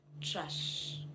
trash